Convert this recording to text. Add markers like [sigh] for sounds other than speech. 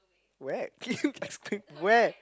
where can you [laughs] explain where